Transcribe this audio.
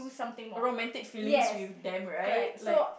romantic feelings with them right like